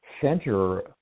center